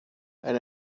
and